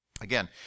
Again